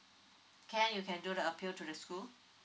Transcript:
can you can do the appeal to the school